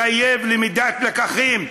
מחייב למידת לקחים,